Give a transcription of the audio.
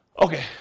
Okay